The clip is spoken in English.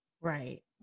right